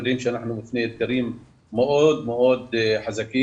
יודעים שאנחנו לפני אתגרים מאוד מאוד גדולים,